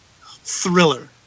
Thriller